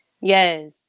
Yes